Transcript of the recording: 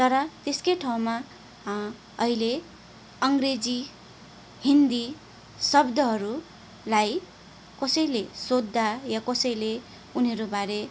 तर त्यसकै ठाउँमा अहिले अङ्ग्रेजी हिन्दी शब्दहरूलाई कसैले सोद्धा या कसैले उनीहरूबारे